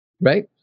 right